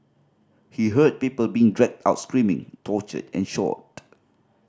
he heard people being dragged out screaming tortured and shot